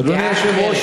אדוני היושב-ראש,